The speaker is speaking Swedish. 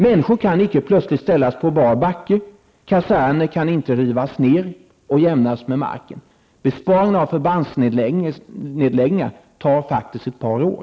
Människor kan plötsligt inte ställas på bar backe och kaserner kan inte rivas ner och jämnas med marken. Besparing av förbandsnedläggningar tar faktiskt ett par år.